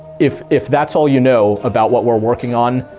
if if that's all you know about what we're working on,